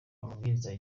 amabwiriza